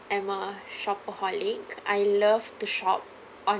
am a shopaholic I love to shop